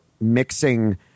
mixing